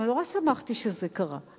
ונורא שמחתי שזה קרה.